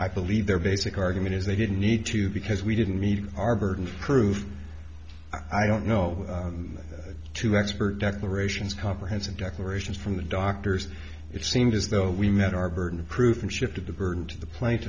i believe their basic argument is they didn't need to because we didn't meet our burden of proof i don't know to expert declarations comprehensive declarations from the doctors it seemed as though we met our burden of proof and shifted the burden to the